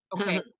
Okay